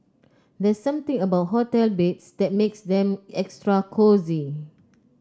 there's something about hotel beds that makes them extra cosy